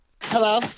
Hello